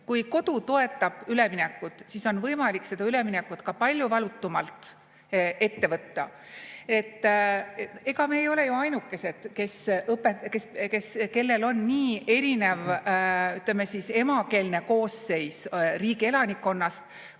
Kui kodu toetab üleminekut, siis on võimalik seda üleminekut palju valutumalt ette võtta. Ega me ei ole ju ainukesed, kellel on nii erinev, ütleme siis, emakeelne koosseis riigi elanikkonnas,